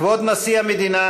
כבוד נשיא המדינה